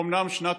אומנם שנת